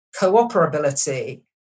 cooperability